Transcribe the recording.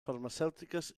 farmacèutiques